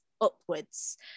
Upwards